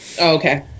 Okay